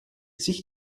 sich